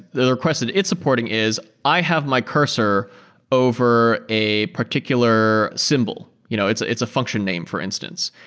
the request that it's supporting is i have my cursor over a particular symbol. you know it's it's a function name for instance.